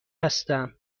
هستم